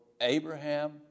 Abraham